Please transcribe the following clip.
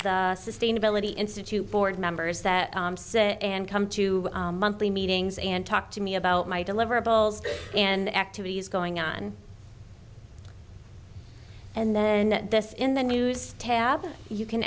the sustainability institute board members that come to monthly meetings and talk to me about my deliverables and activities going on and then this in the news tab you can